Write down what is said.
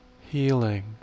Healing